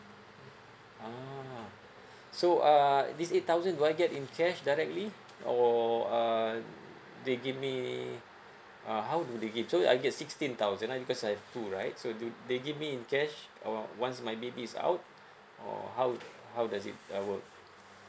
ah so uh this eight thousand do get in cash directly or uh they give me uh how do they give so I get sixteen thousand right because I have two right so do they give me in cash or once my baby is out or how how does it uh work